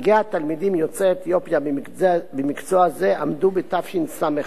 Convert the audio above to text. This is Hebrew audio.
הישגי התלמידים יוצאי אתיופיה במקצוע זה היו בתשס"ח